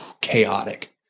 chaotic